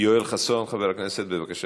חבר הכנסת יואל חסון, בבקשה,